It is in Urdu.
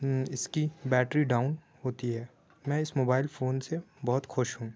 اوں اس کی بیٹری ڈاؤن ہوتی ہے میں اس موبائل فون سے بہت خوش ہوں